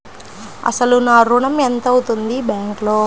అసలు నా ఋణం ఎంతవుంది బ్యాంక్లో?